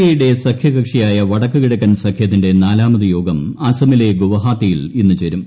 എയുടെ സഖ്യകക്ഷിയായ വടക്കു കിഴക്കൻ സഖ്യത്തിന്റെ നാലാമത് യോഗം അസ്സമിലെ ഗുവാഹത്തിയിൽ ഇന്ന് ചേരും